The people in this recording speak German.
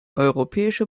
europäische